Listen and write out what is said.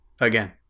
Again